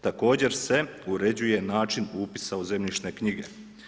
Također se uređuje način upisa u zemljišne knjige.